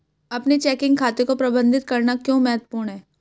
अपने चेकिंग खाते को प्रबंधित करना क्यों महत्वपूर्ण है?